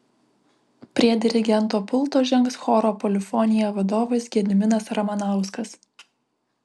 prie dirigento pulto žengs choro polifonija vadovas gediminas ramanauskas